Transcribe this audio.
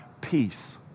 peace